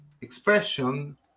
expression